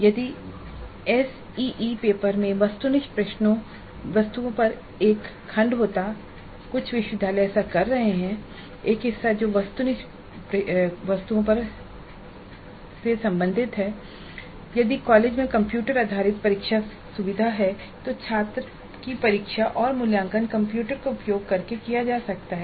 यदि SEE paper में वस्तुनिष्ठ वस्तुओं पर एक खंड होता है कुछ विश्वविद्यालय ऐसा कर रहे हैं एक हिस्सा है जो वस्तुनिष्ठ वस्तुओं पर एक खंड है और यदि कॉलेजों में कंप्यूटर आधारित परीक्षा सुविधा है तो छात्र की परीक्षा और मूल्यांकन कंप्यूटर का उपयोग करके किया जा सकता है